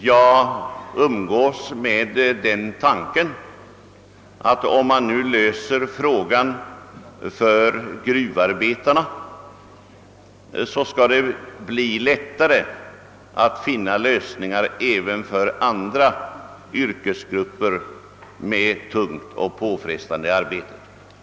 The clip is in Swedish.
Jag umgås med den tanken, att om man nu löser frågan för gruvarbetarna skall det bli lättare att finna lösningar även för andra yrkesgrupper med tungt och påfrestande arbete.